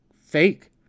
fake